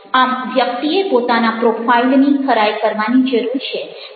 આમવ્યક્તિએ પોતાના પ્રોફાઈલની ખરાઇ કરવાની જરૂર છે